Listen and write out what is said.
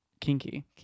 Kinky